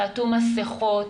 תעטו מסכות,